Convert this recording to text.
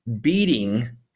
beating –